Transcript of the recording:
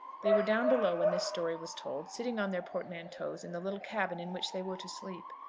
they were down below when this story was told, sitting on their portmanteaus in the little cabin in which they were to sleep.